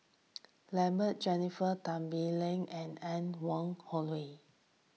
Lambert Jennifer Tan Bee Leng and Anne Wong Holloway